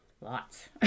lots